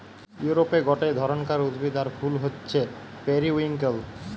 ইউরোপে গটে ধরণকার উদ্ভিদ আর ফুল হচ্ছে পেরিউইঙ্কেল